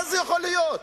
מה זה צריך להיות?